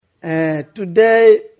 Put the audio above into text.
Today